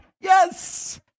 Yes